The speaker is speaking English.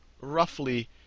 roughly